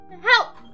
Help